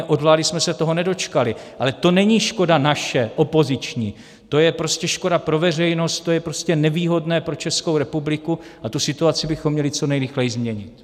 Od vlády jsme se toho nedočkali, ale to není škoda naše, opoziční, to je prostě škoda pro veřejnost, to je prostě nevýhodné pro Českou republiku a tu situaci bychom měli co nejrychleji změnit.